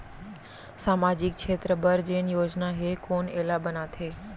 सामाजिक क्षेत्र बर जेन योजना हे कोन एला बनाथे?